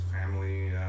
family